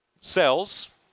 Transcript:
cells